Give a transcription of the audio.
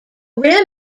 rim